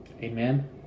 Amen